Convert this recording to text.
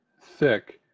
thick